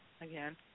again